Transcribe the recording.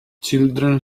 children